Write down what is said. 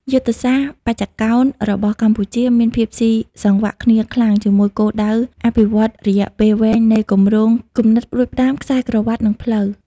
យុទ្ធសាស្ត្របញ្ចកោណរបស់កម្ពុជាមានភាពស៊ីសង្វាក់គ្នាខ្ពស់ជាមួយគោលដៅអភិវឌ្ឍន៍រយៈពេលវែងនៃគម្រោង គំនិតផ្ដួចផ្ដើមខ្សែក្រវាត់ និងផ្លូវ ។